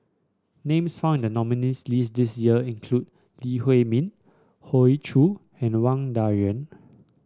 names found in the nominees' list this year include Lee Huei Min Hoey Choo and Wang Dayuan